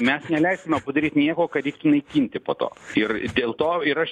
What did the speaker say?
mes neleisime padaryt nieko kad reiktų naikinti po to ir dėl to ir aš